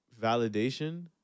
validation